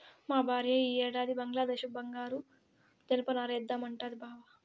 మా భార్య ఈ ఏడాది బంగ్లాదేశపు బంగారు జనపనార ఏద్దామంటాంది బావ